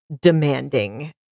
demanding